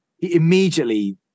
immediately